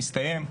הסתיים,